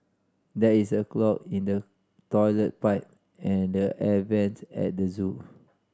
there is a clog in the toilet pipe and the air vents at the zoo